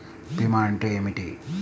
భీమా అంటే ఏమిటి?